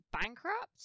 bankrupt